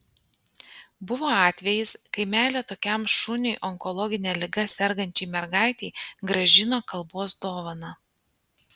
buvo atvejis kai meilė tokiam šuniui onkologine liga sergančiai mergaitei grąžino kalbos dovaną